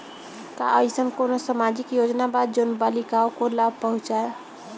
का अइसन कोनो सामाजिक योजना बा जोन बालिकाओं को लाभ पहुँचाए?